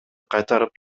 кайтарып